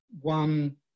one